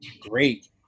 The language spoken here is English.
great